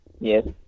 Yes